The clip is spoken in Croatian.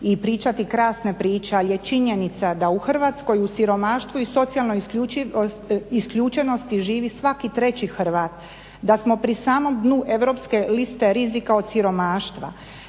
i pričati krasne priče ali je činjenica da u Hrvatskoj u siromaštvu i socijalnoj isključenosti živi svaki treći Hrvat. Da smo pri samom dnu europske liste rizika od siromaštva,